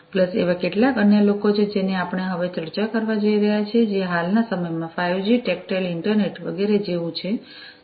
plus એવા કેટલાક અન્ય લોકો છે જેની આપણે હવે ચર્ચા કરવા જઈ રહ્યા છીએ જે હાલના સમયમાં 5 જી ટેકટાઈલ ઇન્ટરનેટ વગેરે જેવું છે જે હાલ માં ખૂબ જ લોકપ્રિય બન્યું છે